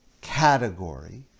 category